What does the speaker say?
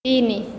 ତିନି